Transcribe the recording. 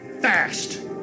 fast